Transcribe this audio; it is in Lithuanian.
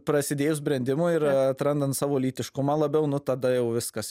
prasidėjus brendimui ir atrandant savo lytiškumą labiau nu tada jau viskas